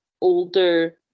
older